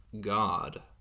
God